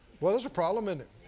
well, that's a problem isn't